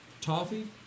toffee